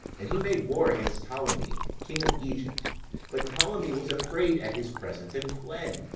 and he made war against ptolemee king of egypt but ptolemee was afraid at his presence and fled,